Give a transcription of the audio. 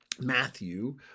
Matthew